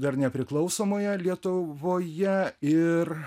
dar nepriklausomoje lietuvoje ir